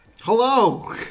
Hello